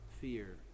fear